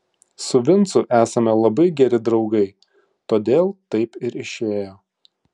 su vincu esame labai geri draugai todėl taip ir išėjo